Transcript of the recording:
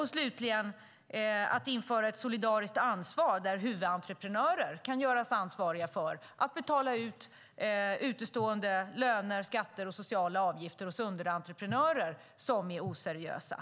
Man kan införa ett solidariskt ansvar där huvudentreprenörer kan göras ansvariga för att betala utestående löner, skatter och sociala avgifter hos underentreprenörer som är oseriösa.